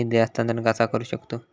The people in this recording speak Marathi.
निधी हस्तांतर कसा करू शकतू?